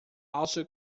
also